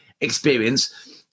experience